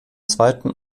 zweiten